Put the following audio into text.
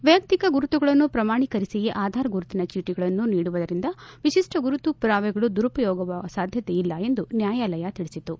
ವೈಯಕ್ತಿಕ ಗುರುತುಗಳನ್ನು ಪ್ರಮಾಣಿಕರಿಸಿಯೇ ಆಧಾರ್ ಗುರುತಿನ ಚೀಟಗಳನ್ನು ನೀಡುವುದರಿಂದ ವಿಶಿಷ್ಠ ಗುರುತು ಪುರಾವೆಗಳು ದುರುಪಯೋಗವಾಗುವ ಸಾಧ್ಯತೆ ಇಲ್ಲ ಎಂದು ನ್ವಾಯಾಲಯ ತಿಳಿಸಿತು